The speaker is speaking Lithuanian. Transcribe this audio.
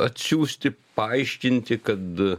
atsiųsti paaiškinti kad